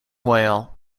whale